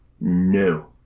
No